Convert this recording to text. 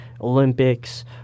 Olympics